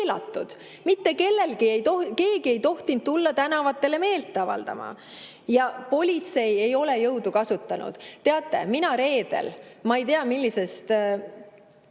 Mitte keegi ei tohtinud tulla tänavatele meelt avaldama. Politsei ei ole jõudu kasutanud. Teate, mina reedel – ma ei tea, millisel